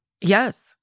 Yes